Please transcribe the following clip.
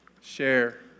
Share